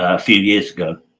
ah few years ago